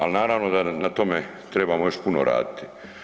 Ali naravno da na tome trebamo još puno raditi.